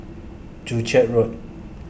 Joo Chiat Road